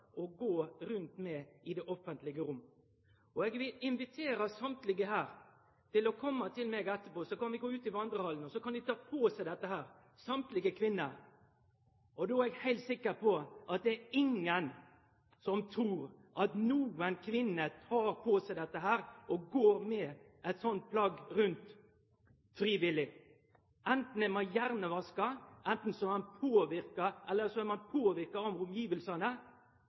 gå rundt med i det offentlege rommet. Eg vil invitere alle kvinner her til å komme til meg etterpå, så kan vi gå ut i Vandrehallen, og så kan dei ta på seg dette plagget. Då er eg heilt sikker på at det er ingen som trur at noka kvinne tek dette på seg og går rundt med eit slikt plagg frivillig. Anten er ein hjernevaska, eller så er ein påverka av